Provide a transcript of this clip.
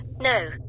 No